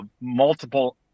multiple